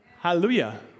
Hallelujah